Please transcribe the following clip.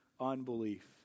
unbelief